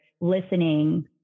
listening